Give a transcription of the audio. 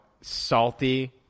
salty